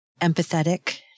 empathetic